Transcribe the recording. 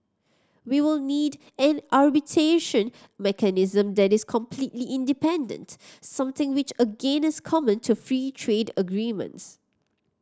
we will need an arbitration mechanism that is completely independent something which again is common to free trade agreements